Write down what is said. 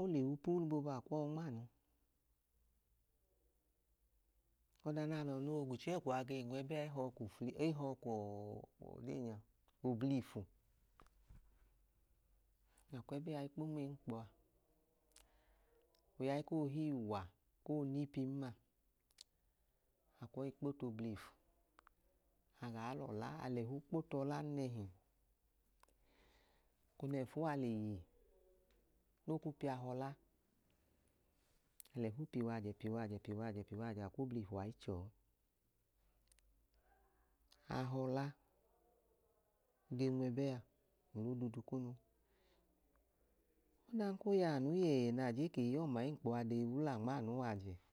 ole wu puulu boobu akwọọ nmanu ọda n'alọ noo w'ogwuchẹẹkwọ aa ge le nwẹbẹ aa e họọ ku flẹ ehọọ kọọ odenya oblifu. Akwẹbẹ ai kpo nm'ẹnkpọa oyai kohi wa koo nipin ma akwọ kpo t'oblifu agaa lọla alẹfu kpo t'ọla nẹhi eko nẹfua leyi no ku piahọla alẹfu piwajẹ piwajẹ piwajẹ piwajẹ akw'oblifu aa chọọ. ahọla gee wnẹbẹa ml'odudu kunu. Ẹdan ko yaa nu yẹẹ na je kee ọma ẹnkpọ ode wula nmaanu wajẹ